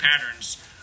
patterns